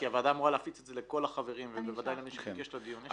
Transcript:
כי הוועדה אמורה להפיץ את זה לכל החברים ובוודאי למי שביקש את הדיון.